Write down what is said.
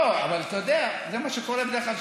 לא, אבל אתה יודע, זה מה שקורה בדרך כלל.